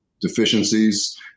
deficiencies